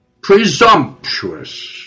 Presumptuous